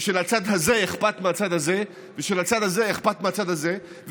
ושלצד הזה אכפת מהצד הזה ולצד הזה אכפת מהצד הזה,